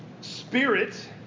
Spirit